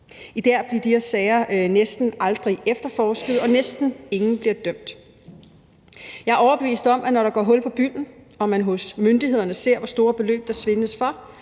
I dag bliver de her sager næsten aldrig efterforsket, og næsten ingen bliver dømt. Jeg er overbevist om, at når der går hul på bylden og man hos myndighederne ser, hvor store beløb der svindles for,